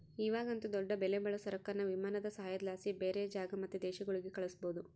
ಇವಾಗಂತೂ ದೊಡ್ಡ ಬೆಲೆಬಾಳೋ ಸರಕುನ್ನ ವಿಮಾನದ ಸಹಾಯುದ್ಲಾಸಿ ಬ್ಯಾರೆ ಜಾಗ ಮತ್ತೆ ದೇಶಗುಳ್ಗೆ ಕಳಿಸ್ಬೋದು